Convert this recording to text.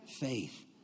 Faith